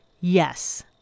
Yes